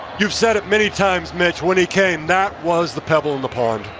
you've said it many times, mitch, when he came. that was the pebble in the pond.